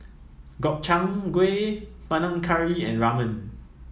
Gobchang Gui Panang Curry and Ramen